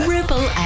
Ripple